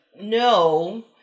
no